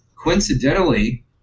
coincidentally